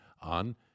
on